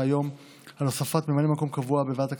היום על הוספת ממלא מקום קבוע בוועדת הכספים,